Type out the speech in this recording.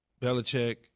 Belichick